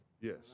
Yes